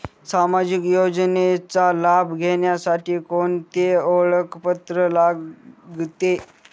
सामाजिक योजनेचा लाभ घेण्यासाठी कोणते ओळखपत्र लागते?